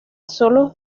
sólo